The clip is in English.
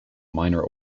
minor